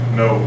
no